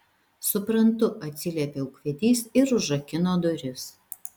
suprantu atsiliepė ūkvedys ir užrakino duris